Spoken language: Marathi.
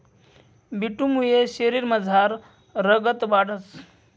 बीटमुये शरीरमझार रगत वाढंस